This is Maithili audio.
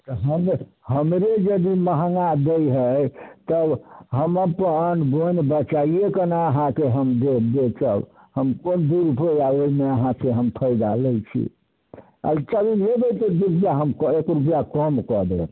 तऽ हम हमरे जदि महंगा दै है तब हम अपन बोनि बचाइये कऽ ने अहाँके हम देब बेचब हमहूँ दू रुपैआ ओहिमे अहाँके हम फायदा लै छी लेबै चलू लेबै तऽ दू रुपैआ हम एक रुपैआ कम कऽ देब